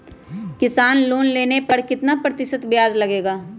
किसान लोन लेने पर कितना प्रतिशत ब्याज लगेगा?